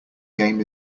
game